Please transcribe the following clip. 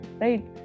right